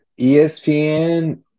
ESPN